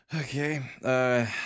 Okay